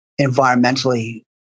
environmentally